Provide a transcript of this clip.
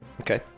Okay